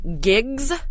gigs